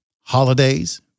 holidays